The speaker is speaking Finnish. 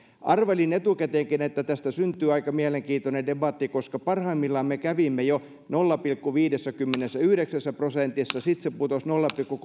arvelinkin etukäteen että tästä syntyy aika mielenkiintoinen debatti koska parhaimmillaan me kävimme jo nolla pilkku viidessäkymmenessäyhdeksässä prosentissa sitten se putosi nolla pilkku